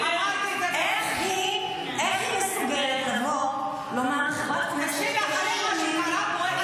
איך היא מסוגלת לבוא לומר לחברת כנסת -- אחרי מה שקרה פה,